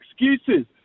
excuses